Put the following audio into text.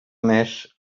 més